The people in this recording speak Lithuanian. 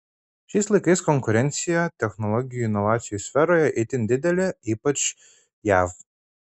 šiais laikais konkurencija technologijų inovacijų sferoje itin didelė ypač jav